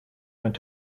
went